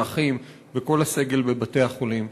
האחיות וכל הסגל של בתי-החולים.